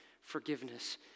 forgiveness